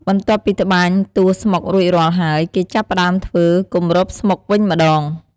បន្ទាប់ពីត្បាញតួស្មុគរួចរាល់ហើយ គេចាប់ផ្តើមធ្វើ គម្របស្មុគវិញម្តង។